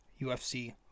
UFC